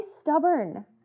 stubborn